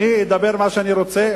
אני אדבר מה שאני רוצה,